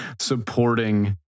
supporting